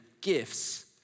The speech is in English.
gifts